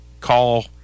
call